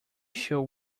show